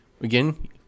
again